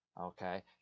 Okay